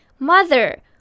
Mother